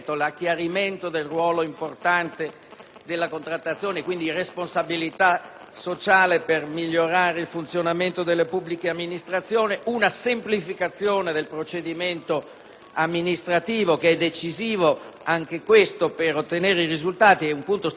della contrattazione e quindi della responsabilità sociale per migliorare il funzionamento delle pubbliche amministrazioni; la semplificazione del procedimento amministrativo che è decisivo per ottenere i risultati ed è un punto stranamente dimenticato dal Governo;